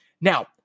Now